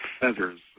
feathers